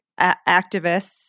activists